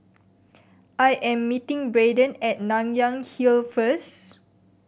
I am meeting Brayden at Nanyang Hill first